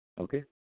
Okay